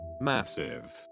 Massive